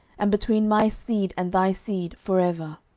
and between my seed and thy seed for ever.